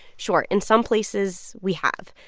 sure, in some places, we have.